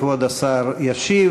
כבוד השר ישיב.